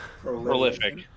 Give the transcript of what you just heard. Prolific